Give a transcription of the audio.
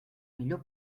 millor